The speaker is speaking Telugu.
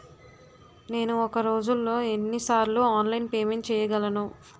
నేను ఒక రోజులో ఎన్ని సార్లు ఆన్లైన్ పేమెంట్ చేయగలను?